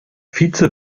vize